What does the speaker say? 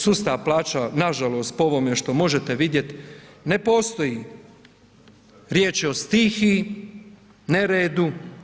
Sustav plaća nažalost po ovome što možete vidjet ne postoji, riječ je o stihiji, neredu.